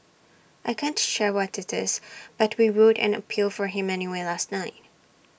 I can't share what IT is but we wrote an appeal for him anyway last night